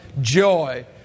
joy